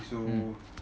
mmhmm